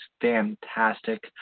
fantastic